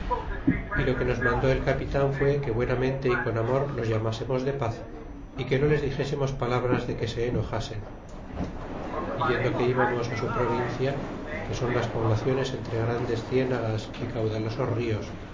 y lo que nos mandó el capitan fue que buenamente y con amor los llamásemos de paz y que no les dixesemos palabras de que se enojasen é yendo que íbamos su provincia que son las poblaciones entre grandes cienagas y caudalosos nos